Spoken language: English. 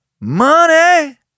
Money